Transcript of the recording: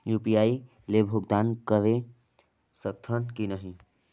UPI ले भुगतान करे सकथन कि नहीं?